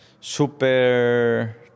super